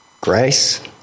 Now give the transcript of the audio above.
grace